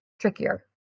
trickier